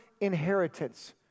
inheritance